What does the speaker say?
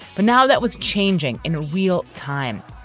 but now that was changing in real time.